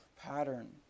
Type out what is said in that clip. pattern